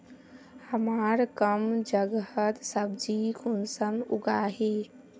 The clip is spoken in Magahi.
हमार कम जगहत सब्जी कुंसम उगाही?